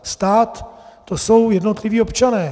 Stát, to jsou jednotliví občané.